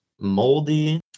moldy